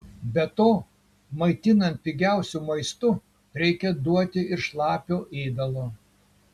be to maitinant pigiausiu maistu reikia duoti ir šlapio ėdalo